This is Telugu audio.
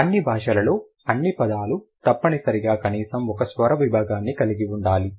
అన్ని భాషలలో అన్ని పదాలు తప్పనిసరిగా కనీసం ఒక స్వర విభాగాన్ని కలిగి ఉండాలి